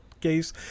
case